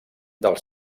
dels